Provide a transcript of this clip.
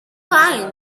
find